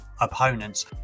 opponents